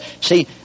see